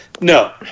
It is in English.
No